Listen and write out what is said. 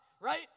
Right